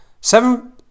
Seven